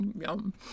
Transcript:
yum